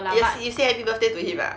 y~ you say happy birthday to him ah